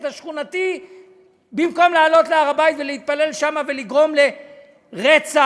השכונתי מלעלות להר-הבית ולהתפלל שם ולגרום לרצח,